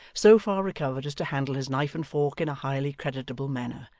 so far recovered as to handle his knife and fork in a highly creditable manner,